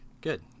Good